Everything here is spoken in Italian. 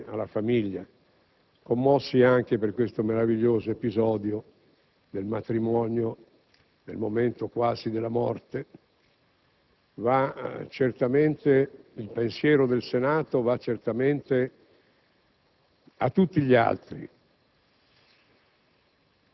La nostra solidarietà va certamente alla famiglia, commossi anche per questo meraviglioso episodio del matrimonio quasi nel momento della morte. Il pensiero del Senato va certamente